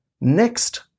next